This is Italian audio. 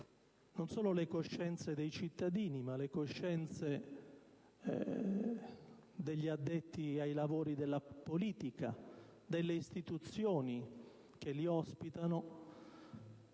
non solo le coscienze dei cittadini ma le coscienze degli addetti ai lavori della politica, delle istituzioni che li ospitano